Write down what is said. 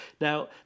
Now